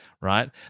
right